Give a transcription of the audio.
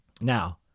Now